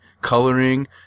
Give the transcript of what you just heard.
coloring